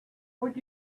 would